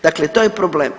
Dakle, to je problem.